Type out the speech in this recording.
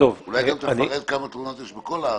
אולי גם תפרט כמה תלונות יש בכל הארץ.